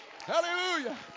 Hallelujah